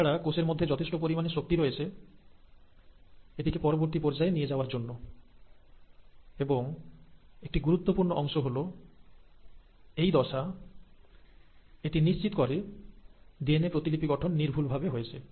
এছাড়া কোষের মধ্যে যথেষ্ট পরিমাণ শক্তি রয়েছে এটিকে পরবর্তী পর্যায়ে নিয়ে যাওয়ার জন্য এবং একটি গুরুত্বপূর্ণ অংশ হল এই দশা এটি নিশ্চিত করে ডিএনএ প্রতিলিপি গঠন নির্ভুলভাবে হয়েছে